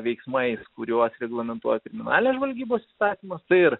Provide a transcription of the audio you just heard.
veiksmais kuriuos reglamentuoja kriminalinės žvalgybos įstatymas tai ir